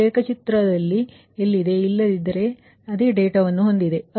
ಆ ರೇಖಾಚಿತ್ರ ಎಲ್ಲಿದೆ ಇಲ್ಲದಿದ್ದರೆ ಪರವಾಗಿಲ್ಲ ಅದೇ ಡೇಟಾವನ್ನು ಹೊಂದಿದೆ